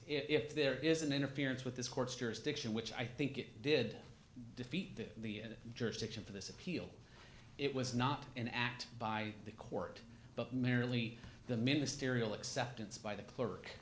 if there is an interference with this court's jurisdiction which i think it did defeat the the jurisdiction for this appeal it was not an act by the court but merely the ministerial acceptance by the clerk